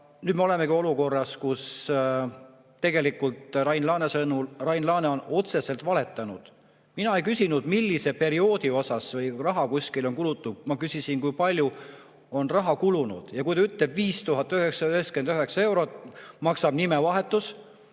nüüd me olemegi olukorras, kus tegelikult Rain Laane on otseselt valetanud. Mina ei küsinud, millisel perioodil raha kuskile on kulutatud, ma küsisin, kui palju on raha kulunud. Ja kui ta ütles, et 5999 eurot maksab nimevahetus,